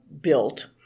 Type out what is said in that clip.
built